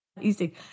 easy